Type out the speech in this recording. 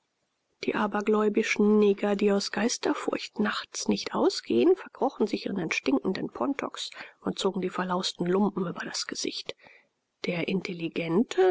die abergläubischen neger die aus geisterfurcht nachts nicht ausgehen verkrochen sich in ihren stinkenden pontoks und zogen die verlausten lumpen über das gesicht der intelligente